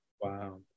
wow